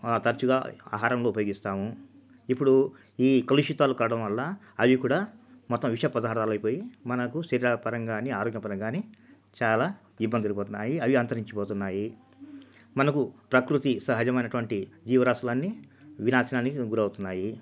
తరచుగా ఆహారంలో ఉపయోగిస్తాము ఇప్పుడు ఈ కలుషితాలు కావడం వల్ల అవి కూడా మొత్తం విష పదార్థాలు అయిపోయి మనకు శరీరపరం కానీ ఆరోగ్యపరం కానీ చాలా ఇబ్బందులు ఎదుర్కొంటున్నాయి అవి అంతరించిపోతున్నాయి మనకు ప్రకృతి సహజమైనటువంటి జీవరాసులన్నీ వినాశనానికి గురి అవుతున్నాయి